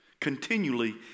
Continually